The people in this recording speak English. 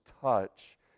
touch